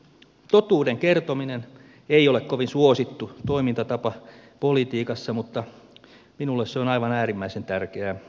totuuden kertominen ei ole kovin suosittu toimintatapa politiikassa mutta minulle se on aivan äärimmäisen tärkeää